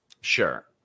Sure